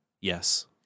Yes